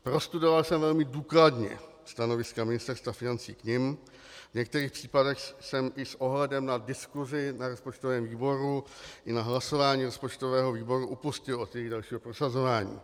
Prostudoval jsem velmi důkladně stanoviska Ministerstva financí k nim, v některých případech jsem i s ohledem na diskusi na rozpočtovém výboru i v hlasování rozpočtového výboru upustil od jejich dalšího prosazování.